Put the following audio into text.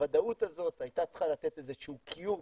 הוודאות הזאת הייתה צריכה לתת איזה שהוא cure period,